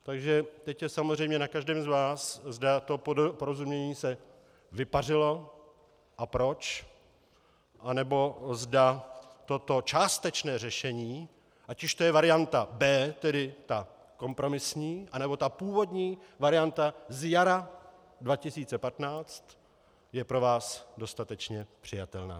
Takže teď je samozřejmě na každém z vás, zda to porozumění se vypařilo a proč, anebo zda toto částečné řešení, ať už je to varianta B, tedy ta kompromisní, nebo ta původní varianta z jara 2015, je pro vás dostatečně přijatelná.